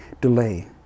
delay